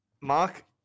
Mark